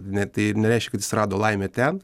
ne tai nereiškia kad jis rado laimę ten